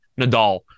Nadal